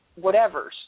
whatevers